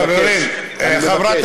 אני מבקש, שבו.